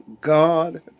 God